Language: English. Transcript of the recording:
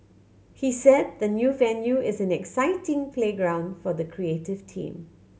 he said the new venue is an exciting playground for the creative team